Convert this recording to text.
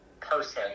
person